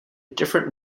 different